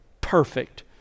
Perfect